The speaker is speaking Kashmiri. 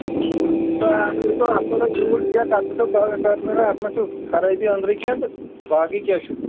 اَتھ وٕچھو اَتھ کوٗتاہ فیوٗل چھِ یا تَتھ وٕچھو اَتھ مہ چھُ خرٲبی أندرٕ کیٚنہہ تہٕ باقٕے کیٛاہ چھُ